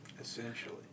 Essentially